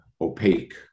opaque